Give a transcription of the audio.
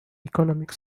economic